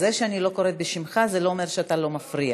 זה שאני לא קוראת בשמך לא אומר שאתה לא מפריע,